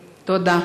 תודה.